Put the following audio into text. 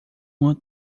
uma